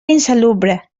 insalubre